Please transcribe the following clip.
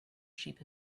sheep